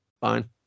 fine